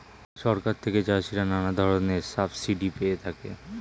সরকার থেকে চাষিরা নানা ধরনের সাবসিডি পেয়ে থাকে